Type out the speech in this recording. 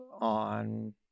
on